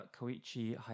Koichi